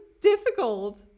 difficult